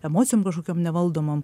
emocijom kažkokiom nevaldomom